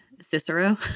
Cicero